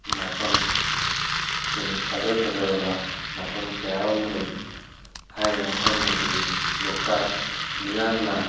ꯃꯐꯝꯁꯤꯡ ꯐꯖ ꯐꯖꯔꯕ ꯃꯐꯝ ꯀꯌꯥꯃꯔꯣꯝ ꯂꯩ ꯍꯥꯏꯔꯤꯕ ꯃꯐꯝ ꯑꯗꯨꯗꯤ ꯂꯣꯛꯇꯥꯛ ꯃꯤꯌꯥꯝꯅ